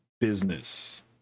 business